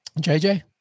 JJ